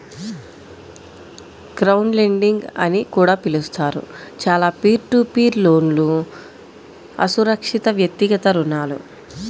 crowdlending అని కూడా పిలుస్తారు, చాలా పీర్ టు పీర్ లోన్లుఅసురక్షితవ్యక్తిగత రుణాలు